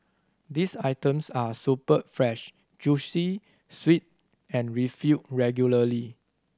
these items are superb fresh juicy sweet and refilled regularly